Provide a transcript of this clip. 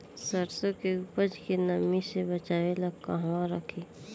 सरसों के उपज के नमी से बचावे ला कहवा रखी?